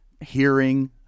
hearing